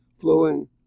flowing